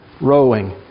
rowing